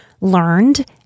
learned